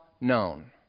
known